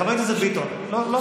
חבר הכנסת ביטון, לא ככה.